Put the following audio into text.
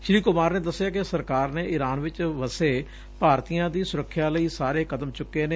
ਸ਼੍ਰੀ ਕੁਮਾਰ ਨੇ ਦੱਸਿਆ ਕਿ ਸਰਕਾਰ ਨੇ ਇਰਾਨ ਵਿਚ ਵਸੇ ਭਾਰਤੀਆਂ ਦੀ ਸੁਰੱਖਿਆ ਲਈ ਸਾਰੇ ਕਦਮ ਚੁੱਕੇ ਨੇ